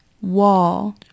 wall